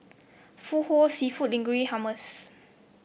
seafood Linguine Hummus